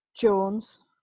Jones